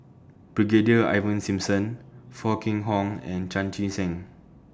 Brigadier Ivan Simson Foo Kwee Horng and Chan Chee Seng